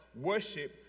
worship